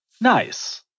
Nice